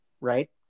Right